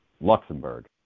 Luxembourg